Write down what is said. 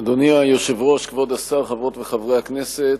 אדוני היושב-ראש, כבוד השר, חברות וחברי הכנסת,